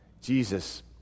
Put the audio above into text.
Jesus